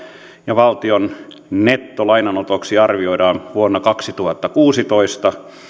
ja valtion nettolainanotoksi arvioidaan vuonna kaksituhattakuusitoista